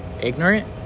ignorant